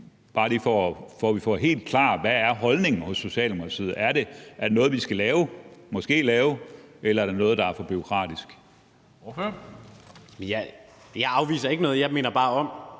bare lige for, at det bliver helt klart: Hvad er holdningen hos Socialdemokratiet? Er det noget, vi skal lave, måske lave, eller er det noget, der er for bureaukratisk? Kl. 15:51 Formanden (Henrik Dam